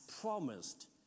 promised